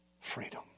Freedom